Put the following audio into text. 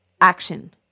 action